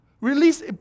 release